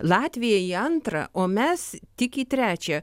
latvija į antrą o mes tik į trečią